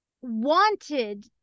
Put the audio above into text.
wanted